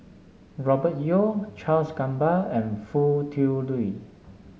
Robert Yeo Charles Gamba and Foo Tui Liew